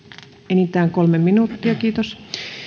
enintään kolme minuuttia kiitos